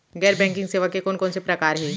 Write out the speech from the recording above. गैर बैंकिंग सेवा के कोन कोन से प्रकार हे?